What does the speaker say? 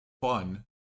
fun